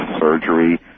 surgery